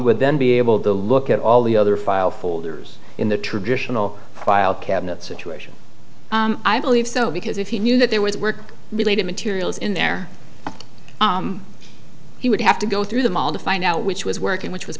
would then be able to look at all the other file folders in the traditional cabinet situation i believe so because if he knew that there was work related materials in there he would have to go through them all to find out which was working which was